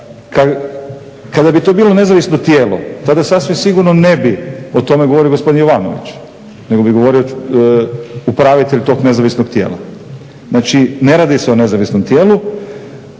Kada bi to bilo nezavisno tijelo tada sasvim sigurno ne bi o tome govorio gospodin Jovanović nego bi govorio upravitelj tog nezavisnog tijela. Znači ne radi se o nezavisnom tijelu.